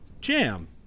jam